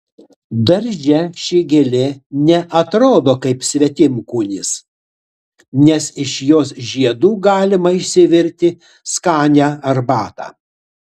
darže ši gėlė ne atrodo kaip svetimkūnis nes iš jos žiedų galima išsivirti skanią arbatą